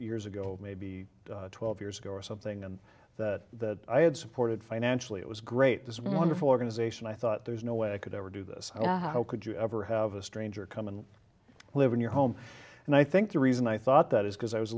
years ago maybe twelve years ago or something and that i had supported financially it was great this wonderful organization i thought there's no way i could ever do this how could you ever have a stranger come and live in your home and i think the reason i thought that is because i was